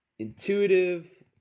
intuitive